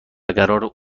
قراره